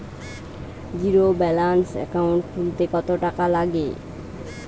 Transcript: Zero balance account খুলতে কত টাকা লাগে?